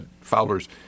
Fowler's